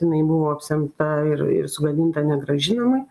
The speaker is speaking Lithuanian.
jinai buvo apsemta ir ir sugadinta negrąžinamai